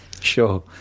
Sure